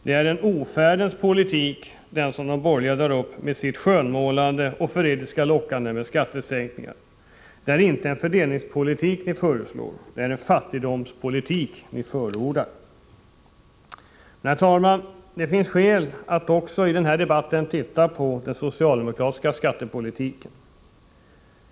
Det är en ofärdens politik som de borgerliga drar upp med sitt skönmålande och förrädiska lockande med skattesänkningar. Ni föreslår inte en rättvis fördelningspolitik, utan ni förordar en fattigdomspolitik. Herr talman! Det finns skäl att i denna debatt också kommentera den socialdemokratiska skattepolitiken.